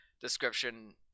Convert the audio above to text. description